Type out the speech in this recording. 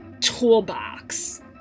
toolbox